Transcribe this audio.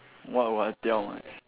what will tell mys~